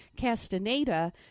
Castaneda